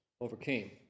overcame